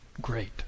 Great